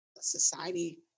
society